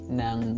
ng